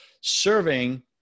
serving